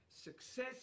success